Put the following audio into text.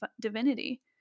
divinity